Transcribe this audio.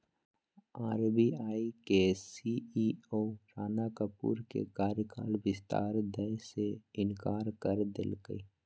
RBI के CEO Rana Kapoor के कार्यकाल विस्तार दय से इंकार कर देलकय